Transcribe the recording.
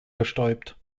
bestäubt